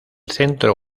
centro